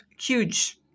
huge